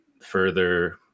further